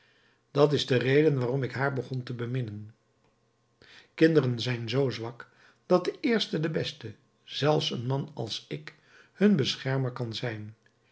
dat is de reden waarom ik haar begon te beminnen kinderen zijn zoo zwak dat de eerste de beste zelfs een man als ik hun beschermer kan zijn